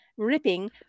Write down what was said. ripping